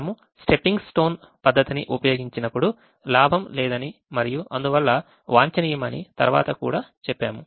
మనము stepping stone పద్ధతిని ఉపయోగించినప్పుడు లాభం లేదని మరియు అందువల్ల వాంఛనీయమని తర్వాత కూడా చెప్పాము